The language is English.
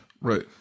Right